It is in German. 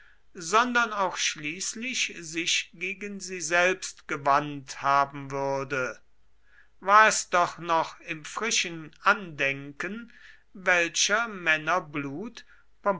sondern auch schließlich sich gegen sie selbst gewandt haben würde war es doch noch im frischen andenken welcher männer blut